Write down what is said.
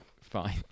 fine